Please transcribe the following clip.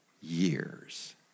years